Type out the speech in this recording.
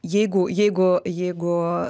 jeigu jeigu jeigu